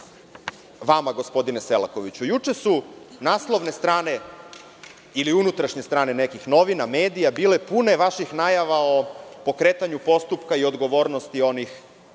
vama, gospodine Selakoviću. Juče su naslovne strane ili unutrašnje strane nekih medija, novina, bile pune vaših najava o pokretanju postupka i odgovornosti onih